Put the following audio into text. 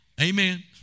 Amen